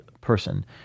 person